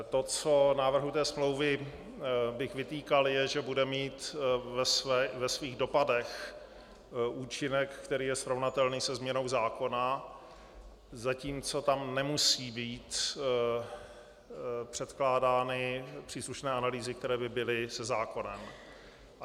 To, co bych návrhu té smlouvy vytýkal, je, že bude mít ve svých dopadech účinek, který je srovnatelný se změnou zákona, zatímco tam nemusí být předkládány příslušné analýzy, které by byly se zákonem.